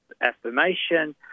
affirmation